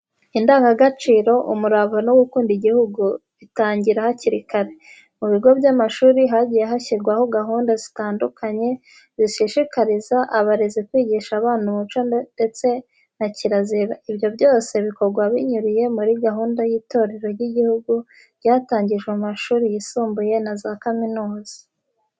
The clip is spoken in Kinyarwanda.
Indangagaciro, umurava no gukunda igihugu bitangira hakiri kare. Mu bigo by'amashuri hagiye hashyirwaho gahunda zitandukanye, zishishikariza abarezi kwigisha abana umuco ndetse na kirazira. Ibyo byose bikorwa binyuriye muri gahunda y'itorero ry'igihugu ryatangijwe mu mashuri y'isumbuye na za kaminuza.